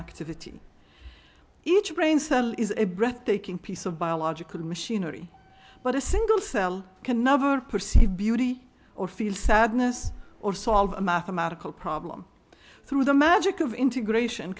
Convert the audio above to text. activity each brain cell is a breathtaking piece of biological machinery but a single cell can never perceive beauty or feel sadness or solve a mathematical problem through the magic of integration